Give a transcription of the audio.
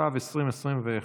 התשפ"ב 2021,